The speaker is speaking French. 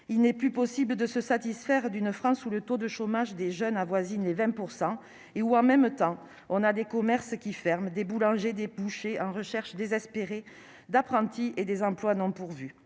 Il n'est plus possible de se satisfaire d'une France où le taux de chômage des jeunes avoisine les 20 % et où, en même temps, des commerces ferment, des boulangers et des bouchers recherchent désespérément des apprentis, des emplois restent non pourvus.